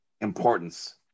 importance